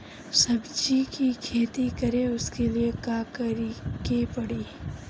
सब्जी की खेती करें उसके लिए का करिके पड़ी?